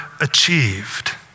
achieved